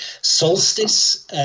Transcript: Solstice